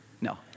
No